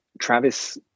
Travis